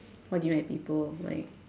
what do you mean by people like